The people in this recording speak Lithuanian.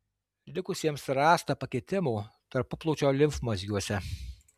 likusiems rasta pakitimų tarpuplaučio limfmazgiuose